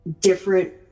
different